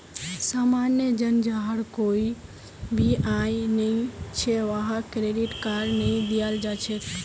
सामान्य जन जहार कोई भी आय नइ छ वहाक क्रेडिट कार्ड नइ दियाल जा छेक